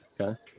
Okay